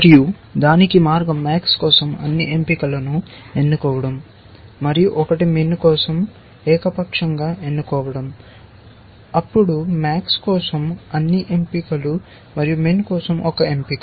మరియు దానికి మార్గం MAX కోసం అన్ని ఎంపికలను ఎన్నుకోవడం మరియు ఒకటి MIN కోసం ఏకపక్షంగా ఎన్నుకోవడం అప్పుడు MAX కోసం అన్ని ఎంపికలు మరియు MIN కోసం ఒక ఎంపిక